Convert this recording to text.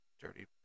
Dirty